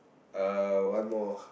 uh one more